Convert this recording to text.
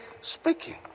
speaking